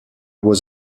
was